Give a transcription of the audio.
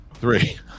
three